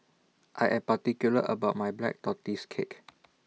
I Am particular about My Black Tortoise Cake